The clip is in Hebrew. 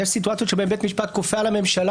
יש סיטואציות שבהן בית משפט כופה על הממשלה